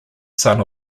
son